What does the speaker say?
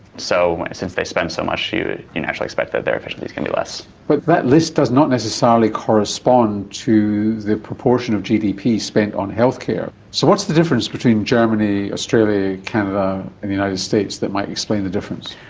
so since they spend so much, you you naturally expect that their efficiency is going to be less. but that list does not necessarily correspond to the proportion of gdp spent on healthcare. so what's the difference between germany, australia, canada and the united states that might explain the difference?